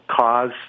cause